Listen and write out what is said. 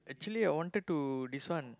actually I wanted to this one